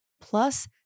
plus